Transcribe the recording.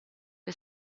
che